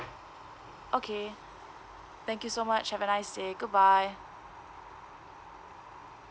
okay thank you so much have a nice day goodbye